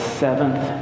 seventh